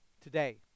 Today